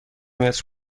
متر